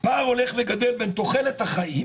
פער הולך וגדל בין תחולת החיים